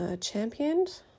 championed